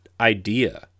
idea